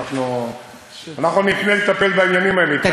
אנחנו נפנה לטפל בעניינים האלה, התחייבנו מזמן.